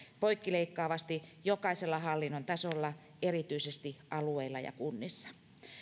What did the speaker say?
poikkileikkaavasti jokaisella hallinnon tasolla erityisesti alueilla ja kunnissa